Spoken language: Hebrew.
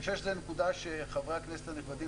אני חושב שזו נקודה שחברי הכנסת הנכבדים